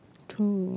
true